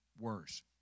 worse